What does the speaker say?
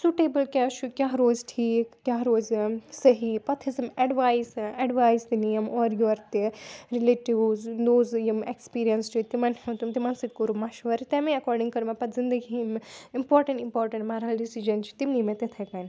suitable کیٛاہ چھُ کیٛاہ روزِ ٹھیٖک کیٛاہ روزِ صحیح پَتہٕ ہٮ۪ژٕم اٮ۪ڈوایِس اٮ۪ڈوایس تہِ نِیَم اورٕ یور تہِ رِلیٹِوٕز نوزٕ یِم ایٚکٕسپیٖریَنٕس چھِ تِمَن ہُنٛد تِمَن سۭتۍ کوٚرُم مَشوَرٕ تَمی اکاڈِنٛگ کٔر مےٚ پَتہٕ زِندگی ہِنٛدۍ اِمپاٹَنٛٹ اِمپاٹَنٛٹ مرحل ڈِسِیٖجَن چھِ تِم نِی مےٚ تِتھَے کٔنۍ